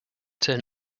turn